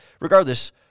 regardless